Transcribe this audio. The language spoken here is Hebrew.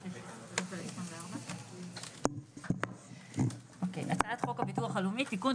2663. הצעת חוק הביטוח הלאומי (תיקון,